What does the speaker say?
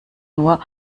nur